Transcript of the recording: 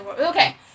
Okay